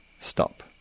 stop